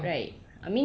mm